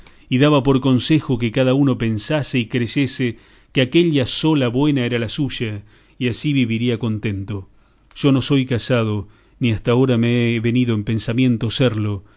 y daba por consejo que cada uno pensase y creyese que aquella sola buena era la suya y así viviría contento yo no soy casado ni hasta agora me ha venido en pensamiento serlo